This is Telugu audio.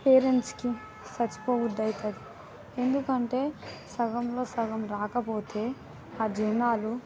పేరెంట్స్కి సచ్చిపోబుద్దైతది ఎందుకంటే సగంలో సగం రాకపోతే ఆ జనాలు